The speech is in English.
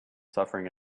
suffering